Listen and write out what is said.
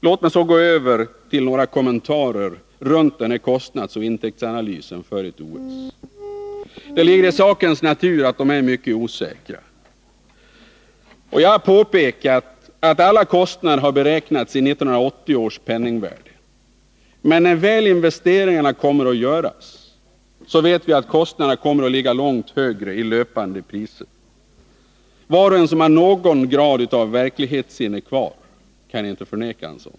Låt mig så gå över till att göra några kommentarer beträffande kostnadsoch intäktsanalyser för ett OS. Det ligger i sakens natur att de är mycket osäkra. Jag har påpekat att alla kostnader har beräknats i 1980 års penningvärde. Men när investeringarna väl görs vet vi att kostnaderna kommer att ligga långt högre i löpande priser. Ingen som har någon grad av verklighetssinne kvar kan förneka en sådan sak.